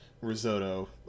Risotto